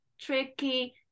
tricky